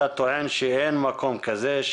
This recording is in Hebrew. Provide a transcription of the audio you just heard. אתה טוען שאין מקום כזה,